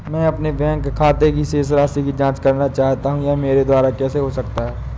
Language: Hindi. मैं अपने बैंक खाते की शेष राशि की जाँच करना चाहता हूँ यह मेरे द्वारा कैसे हो सकता है?